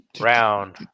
round